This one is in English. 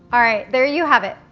all right, there you have it.